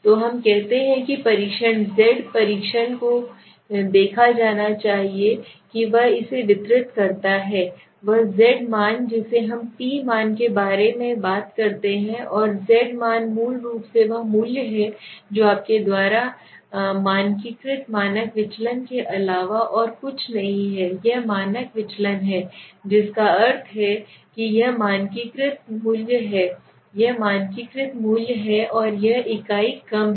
तो हम कहते हैं कि परीक्षण z परीक्षण को देखा जाना चाहिए कि वह इसे वितरित करता है वह z मान जिसे हम टी मान के बारे में बात करते हैं और z मान मूल रूप से वह मूल्य है जो आपके द्वारा मानकीकृत मानक विचलन के अलावा और कुछ नहीं है यह मानक विचलन है जिसका अर्थ है कि यह मानकीकृत मूल्य हैयह मानकीकृत मूल्य है और यह इकाई कम है